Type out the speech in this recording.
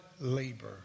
labor